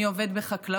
מי עובד בחקלאות?